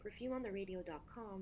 perfumeontheradio.com